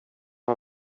jag